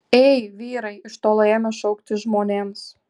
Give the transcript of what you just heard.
ei vyrai iš tolo ėmė šaukti žmonėms